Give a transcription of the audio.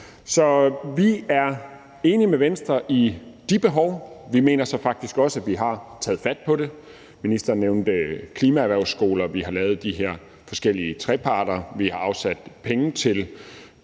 Så vi er enige med Venstre i, at der er de behov – vi mener så faktisk også, at vi har taget fat på det. Ministeren nævnte klimaerhvervsskoler, vi har lavet de her forskellige trepartsaftaler, vi har afsat penge til